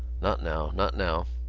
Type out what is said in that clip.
not now. not now.